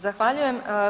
Zahvaljujem.